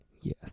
Yes